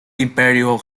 imperial